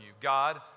God